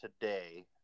today